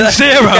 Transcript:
zero